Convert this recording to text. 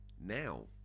now